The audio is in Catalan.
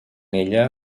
ella